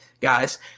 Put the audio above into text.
guys